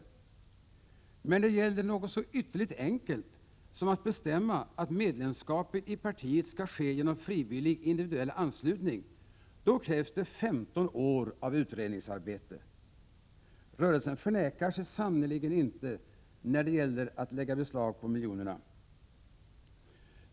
Men när det gäller något så ytterligt enkelt som att bestämma att medlemskapet i partiet skall ske genom frivillig, individuell anslutning, då krävs det 15 år av utredningsarbete. Rörelsen förnekar sig sannerligen inte, när det gäller att lägga beslag på miljonerna.